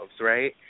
right